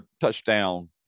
touchdown